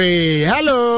Hello